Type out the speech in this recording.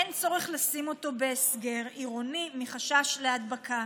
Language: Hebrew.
אין צורך לשים אותו בהסגר עירוני מחשש להדבקה.